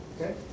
Okay